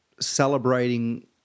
celebrating